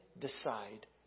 decide